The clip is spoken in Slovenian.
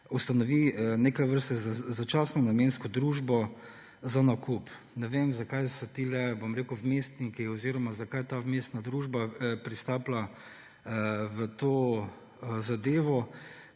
ustanovi neke vrste začasno namensko družbo za nakup? Ne vem, zakaj so ti, bom rekel, vmesniki oziroma zakaj ta vmesna družba pristopa v to zadevo,